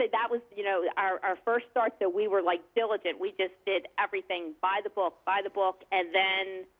that that was you know our our first start that we were like diligent. we just did everything by the back, by the book and then